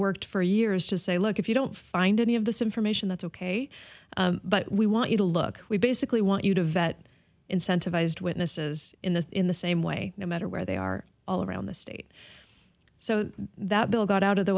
worked for years to say look if you don't find any of this information that's ok but we want you to look we basically want you to vet incentivised witnesses in the in the same way no matter where they are all around the state so that bill got out of the